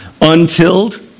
untilled